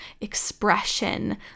expression